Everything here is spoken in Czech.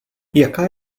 jaká